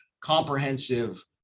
comprehensive